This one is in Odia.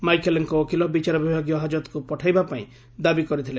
ମାଇକେଲଙ୍କ ଓକିଲ ବିଚାରବିଭାଗୀୟ ହାକ୍ଷତକୁ ପଠାଇବା ପାଇଁ ଦାବି କରିଥିଲେ